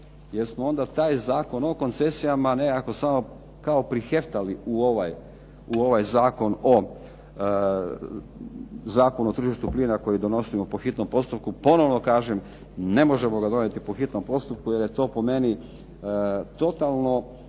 jer smo onda taj Zakon o koncesijama nekako samo kao priheftali u ovaj Zakon o tržištu plina koji donosimo po hitnom postupku. Ponovo kažem, ne možemo ga donijeti po hitnom postupku jer je to po meni totalno